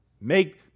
Make